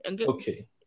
Okay